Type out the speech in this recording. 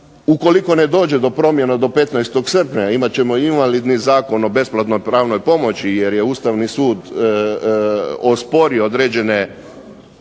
ukoliko ne dođe do promjena do 15. srpnja imat ćemo invalidni Zakon o besplatnoj pravnoj pomoći jer je Ustavni sud osporio određene